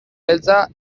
beltza